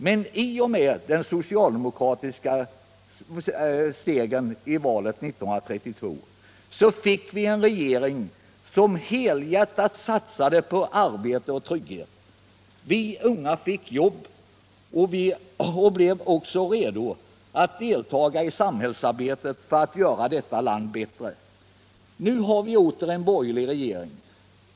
Men i och med den socialdemokratiska segern i valet 1932 fick vi en regering som helhjärtat satsade på arbete och trygghet. Vi unga fick jobb och blev också redo att delta i samhällsarbetet för att göra detta land bättre. Nu har vi åter en borgerlig regering.